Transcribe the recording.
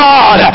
God